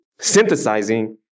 synthesizing